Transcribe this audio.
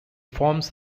forms